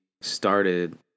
started